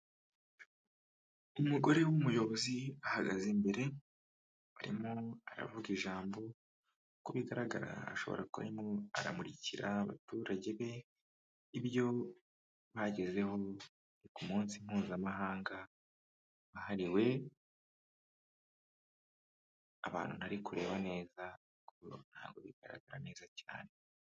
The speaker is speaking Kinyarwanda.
Umugore w'umuyobozi uhagaze imbere arimo aravuga ijambo, uko bigaragara ashobora kuba arimo aramurikira abaturage be ibyo bagezeho ku munsi mpuzamahanga wahariwe, abantu ntari kureba neza ntabwo bigaragara neza cyane.